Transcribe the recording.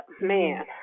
man